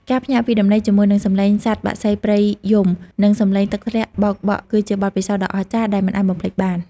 ការភ្ញាក់ពីដំណេកជាមួយនឹងសំឡេងសត្វបក្សីព្រៃយំ និងសំឡេងទឹកធ្លាក់បោកបក់ គឺជាបទពិសោធន៍ដ៏អស្ចារ្យដែលមិនអាចបំភ្លេចបាន។